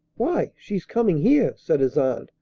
why, she's coming here! said his aunt,